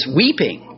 weeping